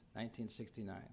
1969